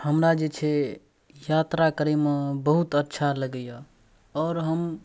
हमरा जे छै यात्रा करैमे बहुत अच्छा लगैए आओर हम